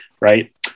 right